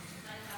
כבוד היושב-ראש,